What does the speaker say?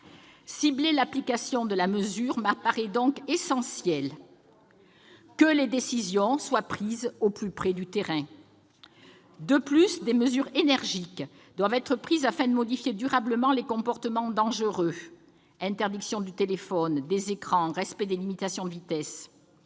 Cibler l'application de cette mesure m'apparaît donc essentiel. Que les décisions soient prises au plus près du terrain ! De plus, des mesures énergiques doivent être prises afin de modifier durablement les comportements dangereux : il faut interdire le téléphone et les écrans, et assurer le respect des limitations de vitesse.